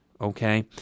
Okay